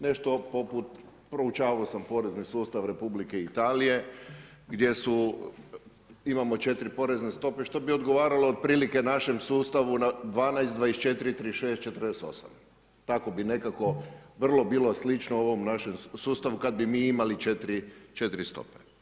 Nešto poput, proučavao sam porezni sustav Republike Italije gdje imamo 4 porezne stope što bi odgovaralo otprilike našem sustavu na 12 24 36 48. tako bi nekako vrlo bilo slično ovom našem sustavu kad bi mi imali 4 stope.